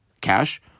cash